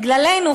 בגללנו,